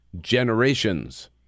generations